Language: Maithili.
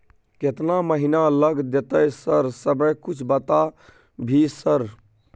केतना महीना लग देतै सर समय कुछ बता भी सर?